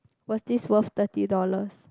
was this worth thirty dollars